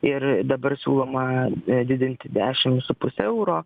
ir dabar siūloma didinti dešim su puse euro